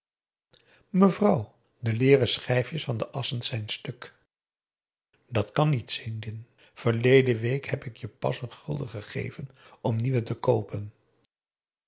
mevrouw de leeren schijfjes van de assen zijn stuk dat kan niet sidin verleden week heb ik je pas een gulden gegeven om nieuwe te koopen